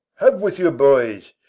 have with you, boys!